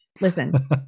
Listen